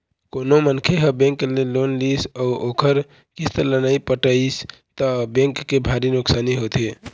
कोनो मनखे ह बेंक ले लोन लिस अउ ओखर किस्त ल नइ पटइस त बेंक के भारी नुकसानी होथे